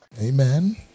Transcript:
Amen